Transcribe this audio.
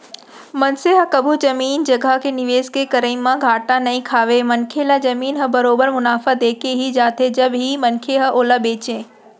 मनसे ह कभू जमीन जघा के निवेस के करई म घाटा नइ खावय मनखे ल जमीन ह बरोबर मुनाफा देके ही जाथे जब भी मनखे ह ओला बेंचय